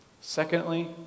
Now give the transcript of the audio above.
Secondly